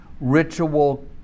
ritual